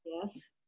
yes